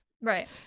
Right